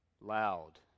loud